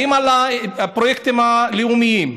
באים אליי הפרויקטים הלאומיים,